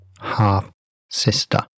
half-sister